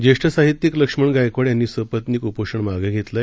ज्येष्ठ साहित्यिक लक्ष्मण गायकवाड यांनी सपत्निक उपोषण मागे घेतलं आहे